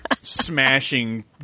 smashing